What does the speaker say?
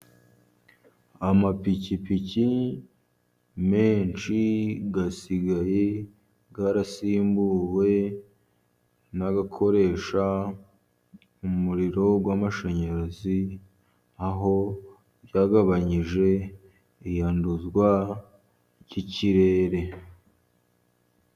Amapikipiki menshi asigaye yarasimbuwe nakoresha umuriro w'amashanyarazi, aho byagabanyije iyanduzwa ry'ikirere.